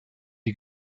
die